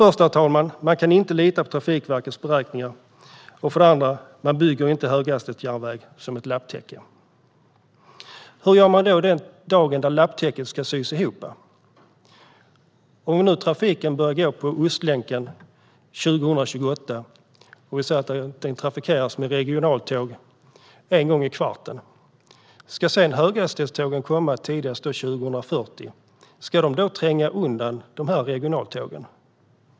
För det första kan man inte lita på Trafikverkets beräkningar. För det andra bygger man inte höghastighetsjärnväg som ett lapptäcke. Hur gör man då den dag lapptäcket ska sys ihop? Låt oss säga att trafiken på Ostlänken börjar gå 2028. Vi kan säga att den trafikeras med regionaltåg en gång i kvarten. Om sedan höghastighetstågen ska komma tidigast 2040 undrar jag: Ska de då tränga undan dessa regionaltåg?